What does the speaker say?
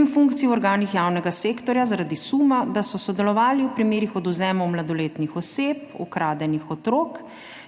in funkcij v organih javnega sektorja zaradi suma, da so sodelovali v primerih odvzemov mladoletnih oseb (ukradenih otrok),